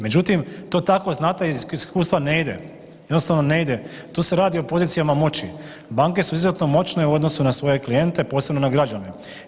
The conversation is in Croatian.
Međutim, to tako znate iz iskustva ne ide, jednostavno ne ide, tu se radi o pozicijama moći, banke su izuzetno moćne u odnosu na svoje klijente, posebno na građane.